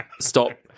stop